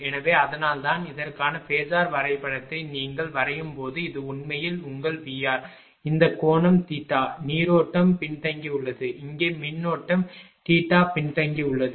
எனவே அதனால்தான் இதற்கான ஃபேஸர் வரைபடத்தை நீங்கள் வரையும்போது இது உண்மையில் உங்கள் VR இந்த கோணம் தீட்டா நீரோட்டம் பின்தங்கியுள்ளது இங்கே மின்னோட்டம் பின்தங்கியுள்ளது